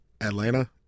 Atlanta